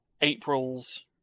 April's